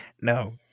no